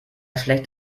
schlecht